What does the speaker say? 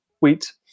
wheat